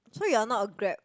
so you are not a grab